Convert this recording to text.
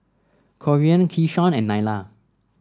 Corean Keyshawn and Nyla